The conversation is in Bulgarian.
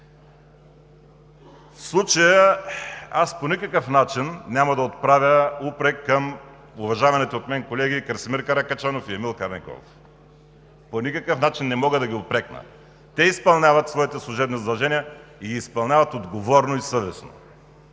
В случая по никакъв начин няма да отправя упрек към уважаваните от мен колеги Красимир Каракачанов и Емил Караниколов. По никакъв начин не мога да ги упрекна! Те изпълняват своите служебни задължения и ги изпълняват отговорно и съвестно,